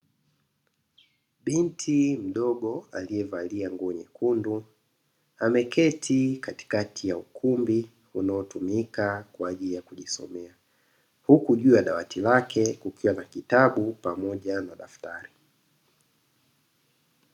Binti mdogo alievalia nguo nyekundu, ameketi katikati ya ukumbi unaotumika kwa ajili ya kujisomea. Huku juu ya dawati lake kukiwa na kitabu pamoja na daftari.